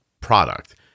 product